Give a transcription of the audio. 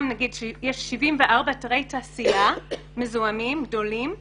נגיד שיש 74 אתרי תעשייה מזוהמים גדולים,